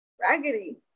raggedy